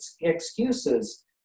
excuses